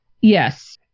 Yes